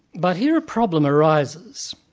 but here a problem arises.